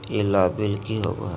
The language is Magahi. ई लाभ बिल की होबो हैं?